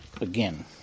again